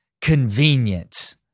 convenience